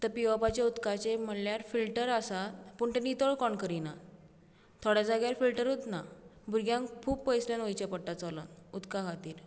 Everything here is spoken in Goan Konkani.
तर पियेवपाच्या उदकाचें म्हणल्यार फिल्टर आसा पूण ते नितळ कोण करिना थोडे जाग्यार फिलटरूच ना भुरग्यांक खूब पयसल्यान वचचें पडटा चलून उदका खातीर